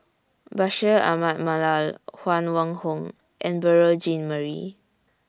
Bashir Ahmad Mallal Huang Wenhong and Beurel Jean Marie